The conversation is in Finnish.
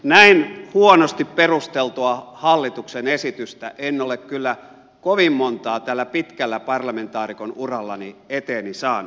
näin huonosti perusteltua hallituksen esitystä en ole kyllä kovin montaa tällä pitkällä parlamentaarikon urallani eteeni saanut